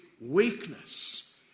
weakness